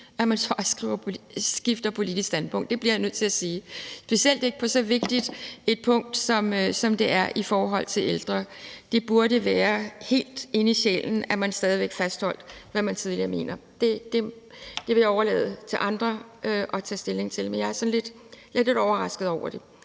parti, skifter politisk standpunkt – det bliver jeg nødt til at sige – og bestemt ikke på så vigtigt et punkt, som det her er i forhold til ældre. Det burde være helt inde i sjælen, at man stadig væk fastholder, hvad man tidligere mente. Det vil jeg overlade til andre at tage stilling til, men jeg er sådan lidt overrasket over det.